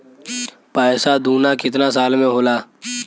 पैसा दूना कितना साल मे होला?